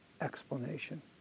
explanation